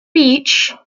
beach